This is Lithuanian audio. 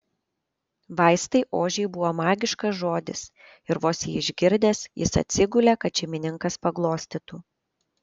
vaistai ožiui buvo magiškas žodis ir vos jį išgirdęs jis atsigulė kad šeimininkas paglostytų